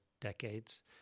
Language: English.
decades